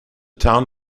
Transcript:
town